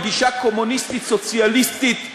עם גישה קומוניסטית סוציאליסטית רודנית.